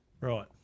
right